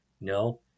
No